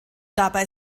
dabei